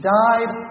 died